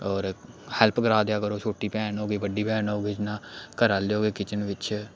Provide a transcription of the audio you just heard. होर हैल्प करा देआ करो छोटी भैन होगी बड्डी भैन होना घरै आह्ले हो गे किचन बिच्च